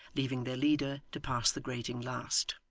leaving their leader to pass the grating last.